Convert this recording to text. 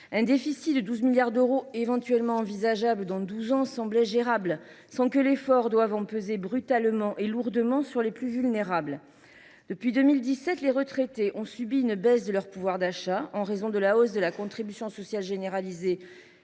un déficit de 12 milliards d’euros, éventuellement envisageable dans douze ans, semblait gérable, sans que l’effort doive porter, brutalement et lourdement, sur les plus vulnérables. Depuis 2017, les retraités ont subi une baisse de leur pouvoir d’achat en raison de la hausse de la contribution sociale généralisée